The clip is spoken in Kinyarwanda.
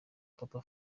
papa